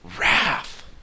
wrath